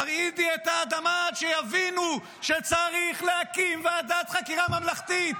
תרעידי את האדמה עד שיבינו שצריך להקים ועדת חקירה ממלכתית.